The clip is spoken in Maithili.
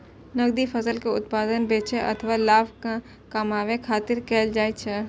नकदी फसल के उत्पादन बेचै अथवा लाभ कमबै खातिर कैल जाइ छै